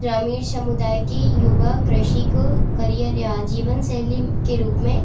ग्रामीण समुदाय के युवक कृषि को करिअर या जीवन शैली के रूप में